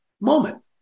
moment